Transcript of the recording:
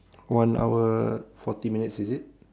one hour forty minutes is it